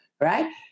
right